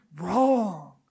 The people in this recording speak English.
wrong